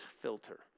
filter